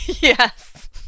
Yes